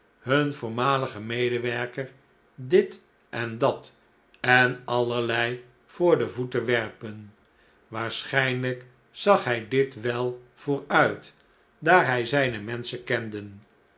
nun voormaligen medewerker dit en dat en allerlei voor de voeten werpen waarschijnlijk zag hij dit wel vooruit daar hij zijne menschen kende